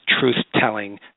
truth-telling